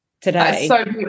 today